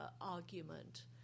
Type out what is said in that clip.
argument